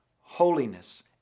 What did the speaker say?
Holiness